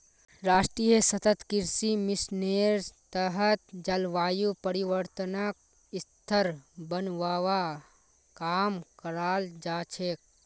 राष्ट्रीय सतत कृषि मिशनेर तहत जलवायु परिवर्तनक स्थिर बनव्वा काम कराल जा छेक